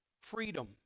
freedom